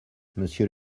monsieur